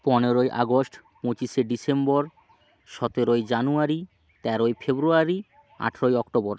পনেরোই আগস্ট পঁচিশে ডিসেম্বর সতেরোই জানুয়ারি তেরোই ফেব্রুয়ারি আঠেরোই অক্টোবর